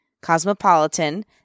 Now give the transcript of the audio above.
Cosmopolitan